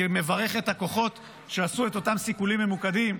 אני מברך את הכוחות שעשו את אותם סיכולים ממוקדים,